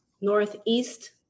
Northeast